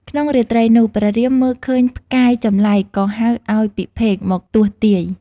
ក្នុងរាត្រីនោះ ព្រះរាមមើលឃើញ ផ្កាយចម្លែកក៏ហៅឱ្យពិភេកមកទស្សន៍ទាយ។